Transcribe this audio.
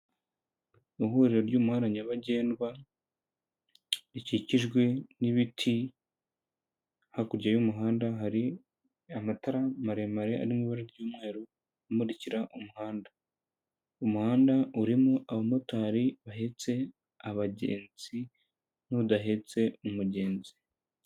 Ihuriro ry'umuhanda nyabagendwa, rikikijwe n'ibiti, hakurya y'umuhanda hari amatara maremare ari mu ibara ry'umweru, amurikira umuhanda, umuhanda urimo abamotari bahetse abagenzi n'udahetse umugezi.